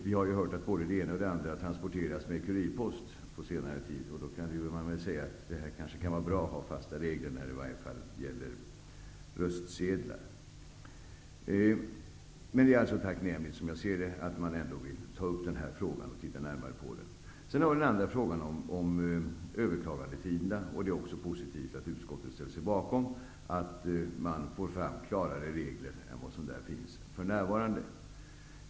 Vi har ju hört att både det ena och det andra transporterats med kurirpost under senare tid, och det borde väl vara bra att det finns fasta regler i varje fall när det gäller röstsedlar. Jag tycker att det är tacknämligt att man närmare vill se på denna fråga. I den andra frågan, om överklagandetiderna, är det positivt att utskottet ställer sig bakom att det utarbetas klarare regler än vad som finns för närvarande.